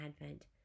Advent